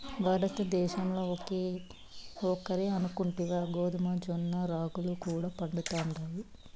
భారతద్దేశంల ఒక్క ఒరే అనుకుంటివా గోధుమ, జొన్న, రాగులు కూడా పండతండాయి